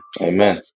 Amen